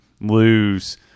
lose –